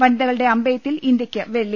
വനിതകളുടെ അമ്പെ യ്ത്തിൽ ഇന്ത്യയ്ക്ക് വെള്ളി